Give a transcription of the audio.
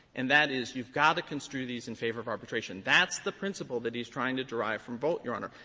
and that is, you've got to construe these in favor of arbitration. that's the principle that he's trying to derive from volt, your honor.